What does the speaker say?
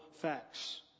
facts